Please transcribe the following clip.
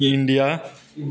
India